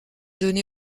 donnée